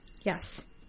Yes